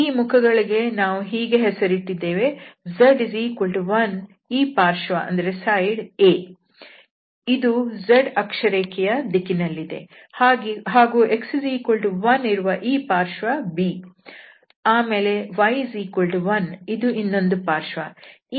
ಈ ಮುಖಗಳಿಗೆ ನಾವು ಹೀಗೆ ಹೆಸರಿಟ್ಟಿದ್ದೇವೆ z1 ಇರುವ ಈ ಪಾರ್ಶ್ವ A ಇದು z ಅಕ್ಷರೇಖೆಯ ದಿಕ್ಕಿನಲ್ಲಿದೆ ಹಾಗೂ x1ಇರುವ ಈ ಪಾರ್ಶ್ವ B ಆಮೇಲೆ y1 ಇದು ಇನ್ನೊಂದು ಪಾರ್ಶ್ವ